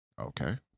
Okay